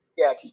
yes